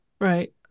Right